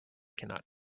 cannot